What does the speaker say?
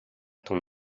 ton